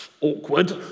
Awkward